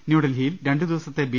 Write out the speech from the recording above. ന്യൂഡൽഹിയിൽ രണ്ടുദിവസത്തെ ബി